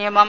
നിയമം